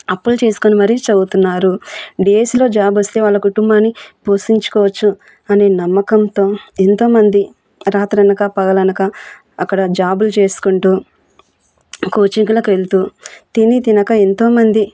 అప్పులు చేసుకుని మరీ చదువుతున్నారు డిఎస్సిలో జాబ్ వస్తే వాళ్ళ కుటుంబాన్ని పోషించుకోవచ్చు అనే నమ్మకంతో ఎంతోమంది రాత్రనక పగలనక అక్కడ జాబులు చేసుకుంటూ కోచింగులకి వెళ్తూ తిని తినక ఎంతోమంది